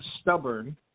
stubborn